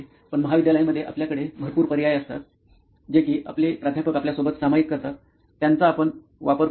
पण महाविद्यालयांमधे आपल्याकडे भरपूर पर्याय असतात जे कि आपले प्राध्यापक आपल्या सोबत सामायिक करतात त्यांचा आपण वापर करतो